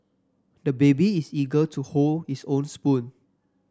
the baby is eager to hold his own spoon